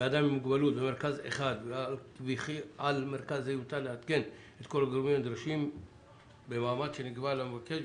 על מרכז זה יוטל לעדכן את כל הגורמים הנדרשים במעמד שנקבע למבקש,